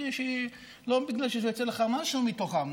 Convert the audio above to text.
לא בגלל שיוצא לך משהו מתוכם,